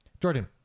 jordan